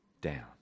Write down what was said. down